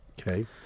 Okay